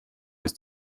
bis